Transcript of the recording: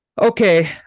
Okay